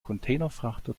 containerfrachter